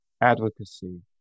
advocacy